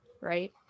right